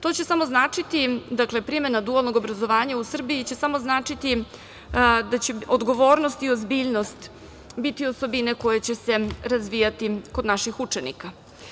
To će samo značiti, primena dualnog obrazovanja u Srbiji će samo značiti da će odgovornosti i ozbiljnost biti osobine koje će se razvijati kod naših učenika.